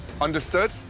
Understood